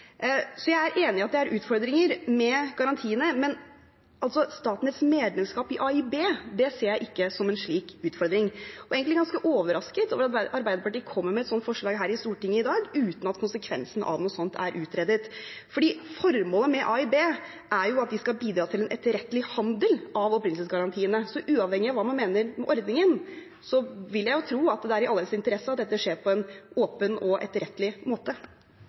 Jeg er enig i at det er utfordringer med garantiene, men statens medlemskap i AIB ser jeg ikke som en slik utfordring. Jeg er egentlig ganske overrasket over at Arbeiderpartiet kommer med et slikt forslag her i Stortinget i dag, uten at konsekvensene av noe sånt er utredet, for formålet med AIB er jo at de skal bidra til en etterrettelig handel med opprinnelsesgarantiene. Så uavhengig av hva man mener om ordningen, vil jeg jo tro at det er i alles interesse at dette skjer på en åpen og etterrettelig måte.